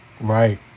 Right